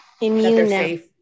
immune